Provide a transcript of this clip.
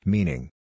Meaning